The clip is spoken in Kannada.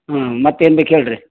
ಹಾಂ ಮತ್ತೇನು ಬೇಕು ಹೇಳಿರಿ